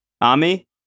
Ami